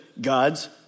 God's